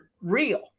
real